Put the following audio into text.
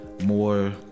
more